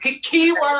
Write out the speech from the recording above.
keyword